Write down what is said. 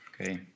Okay